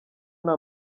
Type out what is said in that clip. nta